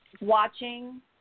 watching